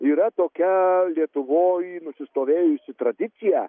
yra tokia lietuvoj nusistovėjusi tradicija